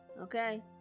okay